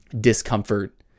discomfort